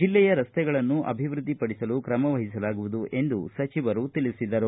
ಜಿಲ್ಲೆಯ ರಸ್ತೆಗಳನ್ನು ಅಭಿವೃದ್ದಿಪಡಿಸಲು ಕ್ರಮವಹಿಸಲಾಗುವುದು ಎಂದು ಸಚಿವರು ತಿಳಿಸಿದರು